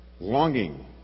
longing